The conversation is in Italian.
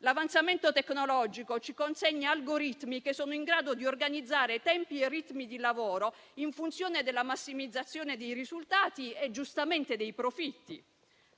L'avanzamento tecnologico ci consegna algoritmi in grado di organizzare tempi e ritmi di lavoro in funzione della massimizzazione dei risultati e giustamente dei profitti,